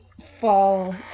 fall